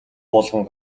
болгон